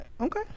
Okay